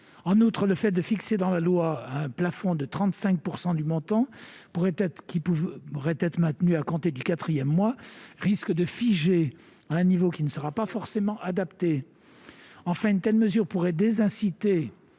En outre, le fait de fixer dans la loi un plafond de 35 % du montant des allocations pouvant être maintenues à compter du quatrième mois risque de figer un niveau qui ne sera pas forcément adapté. Enfin, une telle mesure pourrait désinciter